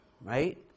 right